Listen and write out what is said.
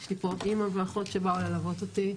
יש לי פה אימא ואחות שבאו ללוות אותי,